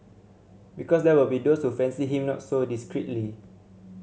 because there will be those who fancy him not so discreetly